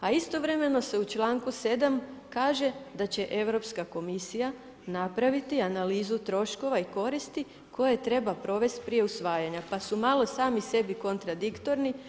A istovremeno se u članku 7. kaže da će Europska komisija napraviti analizu troškova i koristi koje treba provest prije usvajanja, pa su malo sami sebi kontradiktorni.